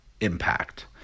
impact